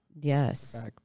Yes